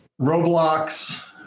Roblox